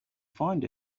find